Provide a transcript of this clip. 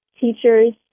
teachers